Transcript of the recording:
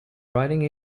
riding